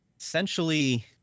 essentially